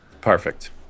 Perfect